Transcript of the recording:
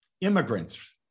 immigrants